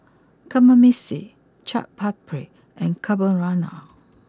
Kamameshi Chaat Papri and Carbonara